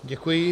Děkuji.